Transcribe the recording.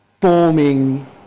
forming